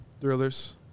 thrillers